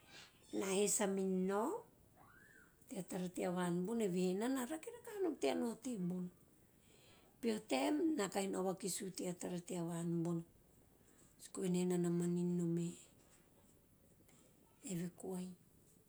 Ena he samin nao tea tara tea van bona evehe nana rake rakahanom tea nao tebona. Peho taem ena kahi nao vakisu tea tara tara tea van bona subu venei enana maniu nome, eve koai.